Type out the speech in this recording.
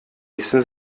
wissen